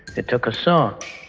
it took a saw.